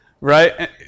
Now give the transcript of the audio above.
right